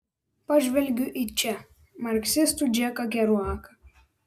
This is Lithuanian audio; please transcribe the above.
pažvelgiu į če marksistų džeką keruaką